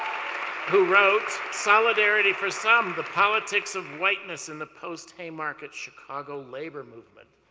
who wrote, solidarity for some, the politics of whiteness in the post-hay market chicago labor movement.